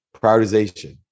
prioritization